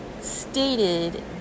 stated